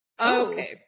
okay